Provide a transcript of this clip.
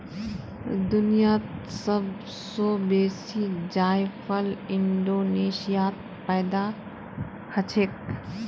दुनियात सब स बेसी जायफल इंडोनेशियात पैदा हछेक